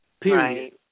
Period